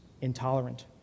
intolerant